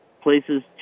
places